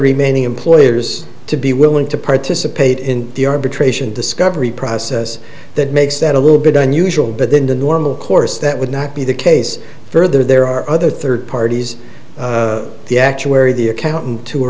remaining employers to be willing to participate in the arbitration discovery process that makes that a little bit unusual but then the normal course that would not be the case further there are other third parties the actuary the accountant who